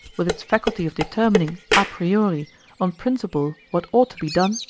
with its faculty of determining a priori on principle what ought to be done,